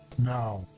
now.